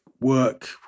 work